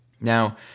Now